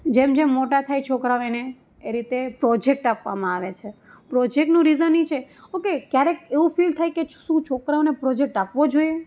જેમ જેમ મોટા થાય છોકરાઓ એને એ તે પ્રોજેક્ટ આપવામાં આવે છે પ્રોજેક્ટનું રિઝન એ છે ઓકે ક્યારેક એવું ફિલ થાય કે શું છોકરાઓને પ્રોજેક્ટ આપવો જોઈએ